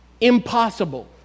impossible